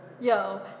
Yo